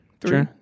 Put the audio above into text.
Three